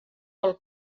pel